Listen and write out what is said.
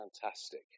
Fantastic